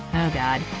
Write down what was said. oh god,